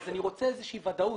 לכן אתה רוצה איזושהי ודאות,